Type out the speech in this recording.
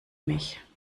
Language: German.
mich